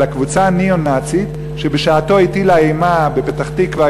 אלא קבוצה ניאו-נאצית שבשעתה הטילה אימה בפתח-תקווה,